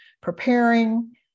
preparing